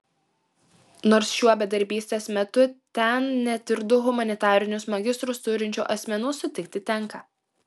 nors šiuo bedarbystės metu ten net ir du humanitarinius magistrus turinčių asmenų sutikti tenka